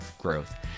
growth